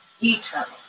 eternal